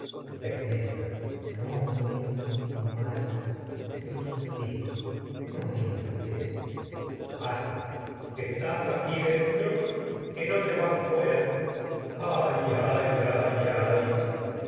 vergüenza para mí dueño mío no áyax te lo suplico no digas eso ayax estás ay aquí dentro qué no te vas fuera ay ay